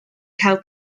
cael